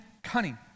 Cunning